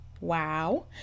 wow